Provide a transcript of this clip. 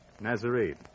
Nazarene